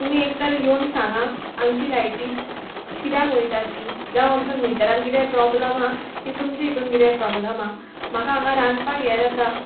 तुमी एक तर येवन सांगा आमची लायटी कित्याक वयता ती जावं आमच्या मिटरान कितेंय प्रोब्लम आहा की तुमचे हितून कितें प्रोब्लम आहा म्हाका हांगा रांदपाक हें जाता